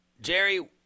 Jerry